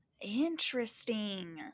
Interesting